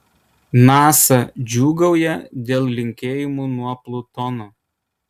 nasa džiūgauja dėl linkėjimų nuo plutono